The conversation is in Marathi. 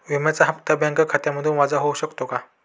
विम्याचा हप्ता बँक खात्यामधून वजा होऊ शकतो का?